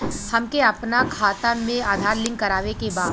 हमके अपना खाता में आधार लिंक करावे के बा?